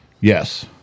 Yes